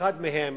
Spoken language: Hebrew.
אחד מהם